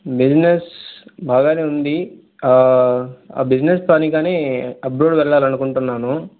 business బాగానే ఉంది ఆ బిజినెస్ పనికని అబ్రాడ్ వెళ్ళాలని అనుకుంటున్నాను